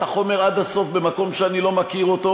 החומר עד הסוף במקום שאני לא מכיר אותו.